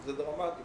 זה דרמטי.